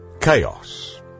chaos